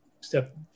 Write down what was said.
step